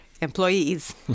employees